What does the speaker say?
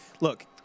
Look